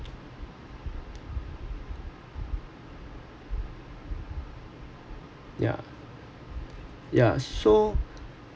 yup yeah so